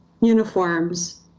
uniforms